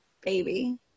baby